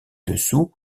dessous